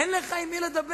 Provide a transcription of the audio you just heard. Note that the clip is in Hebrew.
אין לך עם מי לדבר.